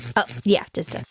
oh, yeah, just a.